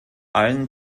allen